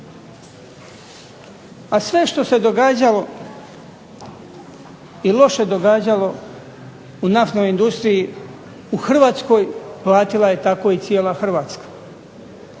A sve što se događalo i loše događalo u naftnoj industriji u Hrvatskoj platila je tako i cijela Hrvatska.